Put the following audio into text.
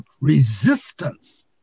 resistance